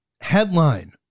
Headline